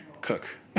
cook